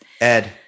Ed